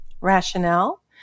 Rationale